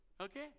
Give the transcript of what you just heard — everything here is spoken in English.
okay